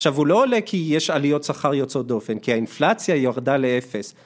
עכשיו הוא לא עולה כי יש עליות שכר יוצאות דופן, כי האינפלציה ירדה לאפס